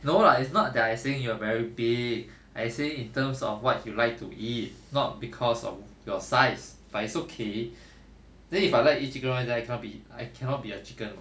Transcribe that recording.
no lah it's not that I saying you are very big I say in terms of what you like to eat not cause of your size but it's okay then if I like to eat chicken rice then I cannot be I cannot be a chicken [what]